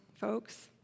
folks